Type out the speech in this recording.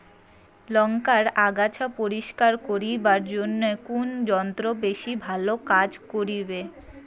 লংকার আগাছা পরিস্কার করিবার জইন্যে কুন যন্ত্র বেশি ভালো কাজ করিবে?